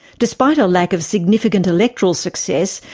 despite a lack of significant electoral success,